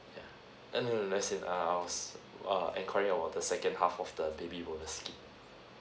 yeah then no no that's it err I was err enquiring about the second half of the baby bonus scheme